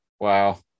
Wow